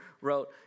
wrote